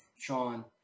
Sean